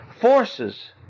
forces